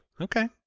Okay